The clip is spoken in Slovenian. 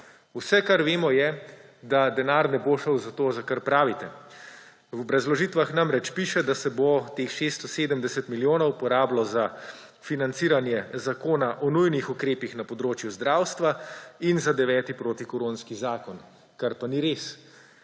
Vse, kar vemo, je, da denar ne bo šel za to, za kar pravite. V obrazložitvah namreč piše, da se bo teh 670 milijonov porabilo za financiranje Zakona o nujnih ukrepih na področju zdravstva in za deveti protikoronski zakon, kar pa ni res.